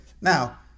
now